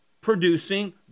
producing